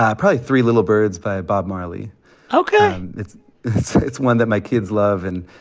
um probably three little birds by bob marley ok it's it's one that my kids love. and,